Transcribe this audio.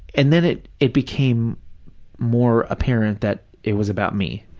and then it it became more apparent that it was about me.